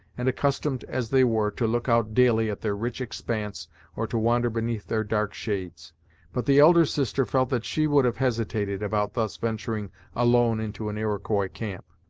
and accustomed as they were to look out daily at their rich expanse or to wander beneath their dark shades but the elder sister felt that she would have hesitated about thus venturing alone into an iroquois camp.